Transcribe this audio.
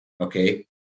Okay